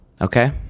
okay